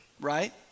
right